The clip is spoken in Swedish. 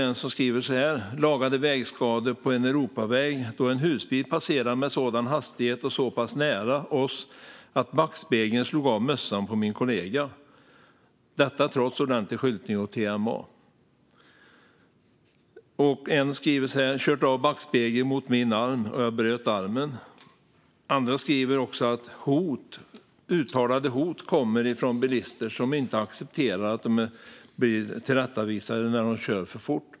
En skriver så här: "Lagade vägskador på en Europaväg då en husbil passerade med sådan hastighet och så pass nära oss att backspegeln slog av mössan på min kollega. Detta trots ordentlig skyltning och TMA." En annan skriver: "Kört av backspegel mot min arm, bröt armen." Andra skriver om uttalade hot från bilister som inte accepterar att de blir tillrättavisade när de kör för fort.